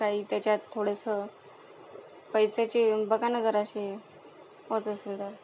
काही त्याच्यात थोडंसं पैशाचं बघा ना जरासं होतं असेल तर